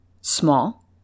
small